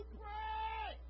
pray